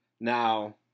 now